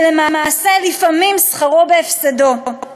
שלמעשה לפעמים יוצא שכרו בהפסדו.